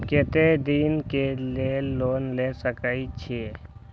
केते दिन के लिए लोन ले सके छिए?